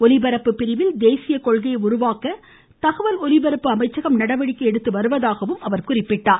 ஒலிபரப்பு பிரிவில் தேசிய கொள்கையை உருவாக்க தகவல் ஒலிபரப்பு அமைச்சகம் நடவடிக்கை எடுத்து வருகிறது என்று அவர் குறிப்பிட்டார்